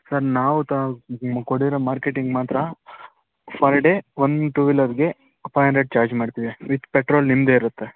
sir ನಾವು ತ ನಿಮಗೆ ಮಾರ್ಕೆಟಿಂಗ್ ಮಾತ್ರ ಫರ್ ಡೇ ಒನ್ ಟು ವಿಲರ್ಗೆ ಫೈವ್ ಹಂಡ್ರೆಡ್ ಚಾರ್ಜ್ ಮಾಡ್ತೀವಿ ವಿತ್ ಪೆಟ್ರೋಲ್ ನಿಮ್ಮದೇ ಇರುತ್ತೆ